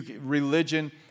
religion